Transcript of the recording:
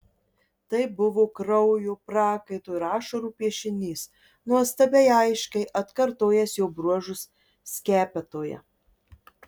tai buvo kraujo prakaito ir ašarų piešinys nuostabiai aiškiai atkartojęs jo bruožus skepetoje